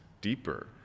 deeper